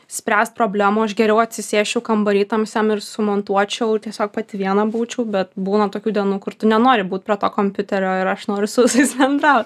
spręst problemų aš geriau atsisėsčiau kambary tamsiam ir sumontuočiau tiesiog pati viena būčiau bet būna tokių dienų kur tu nenori būt prie to kompiuterio ir aš noriu su visais bendraut